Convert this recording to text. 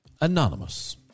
anonymous